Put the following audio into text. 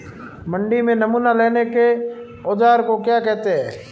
मंडी में नमूना लेने के औज़ार को क्या कहते हैं?